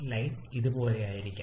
line ഇതുപോലെയാകാം